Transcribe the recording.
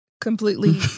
Completely